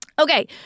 okay